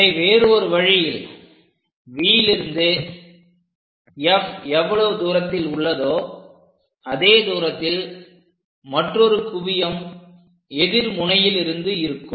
இதை வேறு ஒரு வழியில் Vலிருந்து F எவ்வளவு தூரத்தில் உள்ளதோ அதே தூரத்தில் மற்றொரு குவியம் எதிர்முனையில் இருந்து இருக்கும்